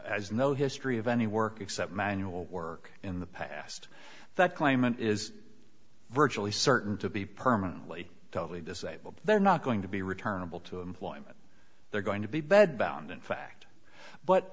has no history of any work except manual work in the past that claimant is virtually certain to be permanently totally disabled they're not going to be returnable to employment they're going to be bed bound in fact but